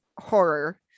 horror